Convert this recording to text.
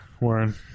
Warren